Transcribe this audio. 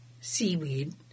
seaweed